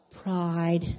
Pride